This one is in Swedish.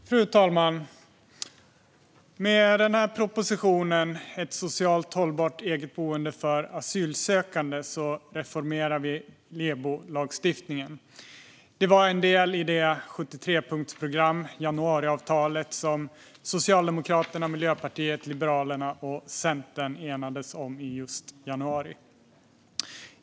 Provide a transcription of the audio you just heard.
Fru talman! Med propositionen Ett socialt hållbart eget boende för asylsökande reformerar vi EBO-lagstiftningen. Det var en del i det 73-punktsprogram, januariavtalet, som Socialdemokraterna, Miljöpartiet, Liberalerna och Centern enades om i januari.